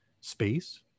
space